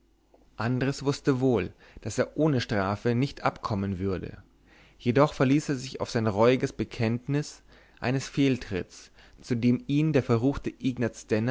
andres wußte wohl daß er ohne strafe nicht abkommen würde jedoch verließ er sich auf sein reuiges bekenntnis eines fehltritts zu dem ihn der verruchte ignaz